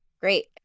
Great